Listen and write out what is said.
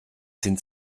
sind